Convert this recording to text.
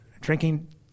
drinking